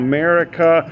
America